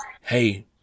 Hey